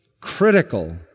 critical